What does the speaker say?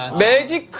magic